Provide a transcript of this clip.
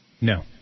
No